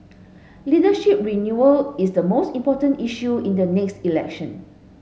leadership renewal is the most important issue in the next election